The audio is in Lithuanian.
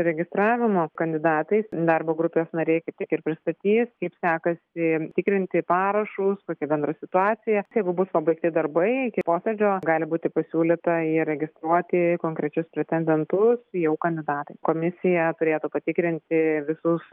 registravimo kandidatais darbo grupės nariai kaip tik ir pristatys kaip sekasi tikrinti parašus kokia bendra situacija jeigu bus pabaigti darbai iki posėdžio gali būti pasiūlyta įregistruoti konkrečius pretendentus jau kandidatai komisija turėtų patikrinti visus